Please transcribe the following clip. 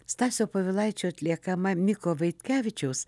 stasio povilaičio atliekama miko vaitkevičiaus